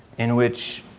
in which